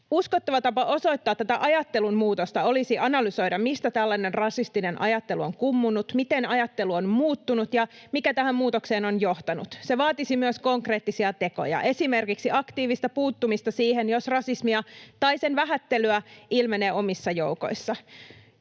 Uskottava tapa osoittaa tätä ajattelun muutosta olisi analysoida, mistä tällainen rasistinen ajattelu on kummunnut, miten ajattelu on muuttunut ja mikä tähän muutokseen on johtanut. Se vaatisi myös konkreettisia tekoja, esimerkiksi aktiivista puuttumista siihen, jos rasismia tai sen vähättelyä ilmenee omissa joukoissa.